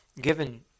given